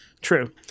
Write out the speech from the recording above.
True